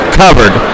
covered